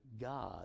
God